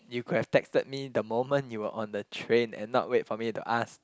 you could have texted me the moment you were on the train and not wait for me to ask